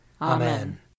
Amen